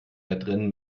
wettrennen